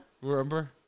Remember